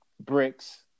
bricks